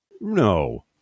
no